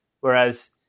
whereas